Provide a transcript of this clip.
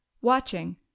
watching